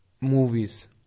movies